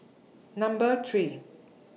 Number three